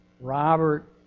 Robert